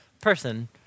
person